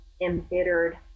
embittered